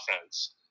offense